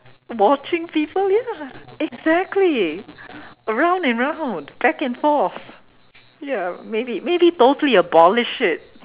watching people ya exactly round and round back and forth ya maybe maybe totally abolish it